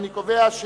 תודה.